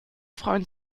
freuen